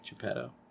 Geppetto